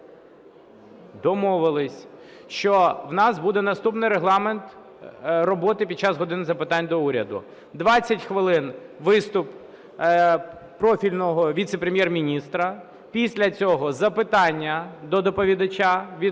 домовились, що в нас буде наступний регламент роботи під час "години запитань до Уряду": 20 хвилин – виступ профільного віце-прем'єр-міністра; після цього – запитання до доповідача,